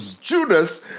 Judas